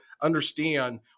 understand